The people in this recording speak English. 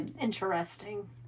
interesting